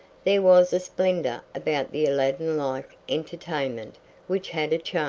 there was a splendor about the aladdin-like entertainment which had a